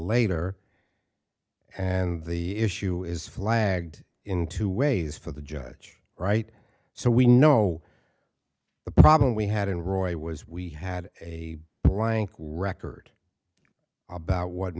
later and the issue is flagged in two ways for the judge right so we know the problem we had in roy was we had a blank record about what